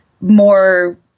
more